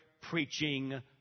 preaching